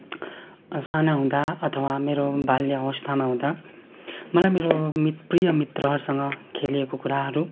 साना हुँदा अथवा मेरो बाल्य अवस्थामा हुँदा मलाई मेरो मित प्रिय मित्रहरूसँग खेलिएको कुराहरू